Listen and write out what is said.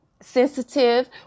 sensitive